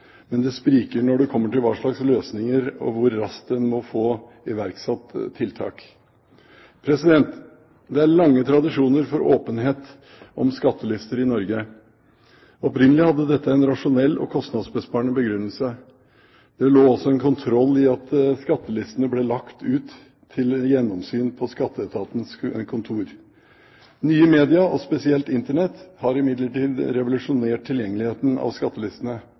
men det spriker når det kommer til hva slags løsninger og hvor raskt en må få iverksatt tiltak. Det er lange tradisjoner for åpenhet om skattelister i Norge. Opprinnelig hadde dette en rasjonell og kostnadsbesparende begrunnelse. Det lå også en kontroll i at skattelistene ble «lagt ut» til gjennomsyn på skatteetatens kontor. Nye medier og spesielt Internett har imidlertid revolusjonert tilgjengeligheten av skattelistene.